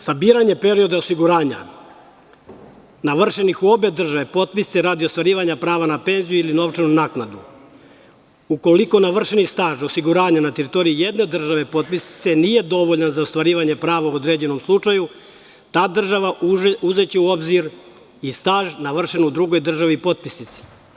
Sabiranje perioda osiguranja navršenih u obe države potpisnice radi ostvarivanja prava na penziju ili novčanu naknadu, ukoliko navršeni staž osiguranja na teritoriji jedne države potpisnice nije dovoljan za ostvarivanje prava u određenom slučaju ta država uzeće u obzir i staž navršen u drugoj državi potpisnici.